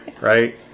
Right